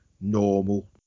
normal